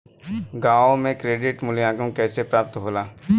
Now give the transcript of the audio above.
गांवों में क्रेडिट मूल्यांकन कैसे प्राप्त होला?